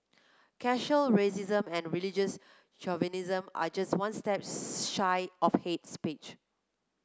casual racism and religious chauvinism are just one step shy of hate speech